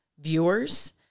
viewers